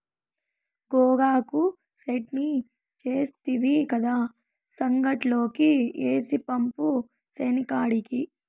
గోగాకు చెట్నీ సేస్తివి కదా, సంగట్లోకి ఏసి పంపు సేనికాడికి